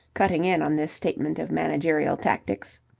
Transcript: cutting in on this statement of managerial tactics.